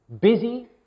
Busy